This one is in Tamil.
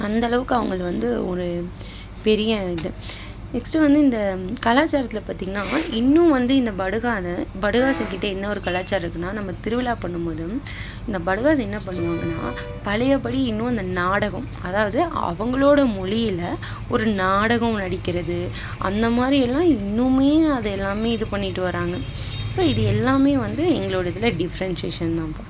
அந்தளவுக்கு அவங்களுது வந்து ஒரு பெரிய இது நெக்ஸ்ட்டு வந்து இந்த கலாச்சாரத்தில் பார்த்தீங்கன்னா இன்னும் வந்து இந்த படுகான படுகாஸுங்ககிட்ட என்ன ஒரு கலாச்சாரம் இருக்குதுன்னா நம்ம திருவிழா பண்ணும்போதும் இந்த படுகாஸ் என்ன பண்ணுவாங்கனா பழைய படி இன்னும் இந்த நாடகம் அதாவது அவங்களோட மொழியில் ஒரு நாடகம் நடிக்கிறது அந்தமாதிரி எல்லாம் இன்னும் அதெல்லாம் இது பண்ணிட்டு வராங்க ஸோ இது எல்லாம் வந்து எங்களோடய இதில் டிஃப்ரெண்ட்சேஷன் தான்ப்பா